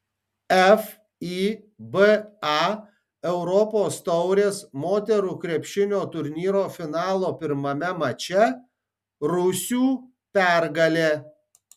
fiba europos taurės moterų krepšinio turnyro finalo pirmame mače rusių pergalė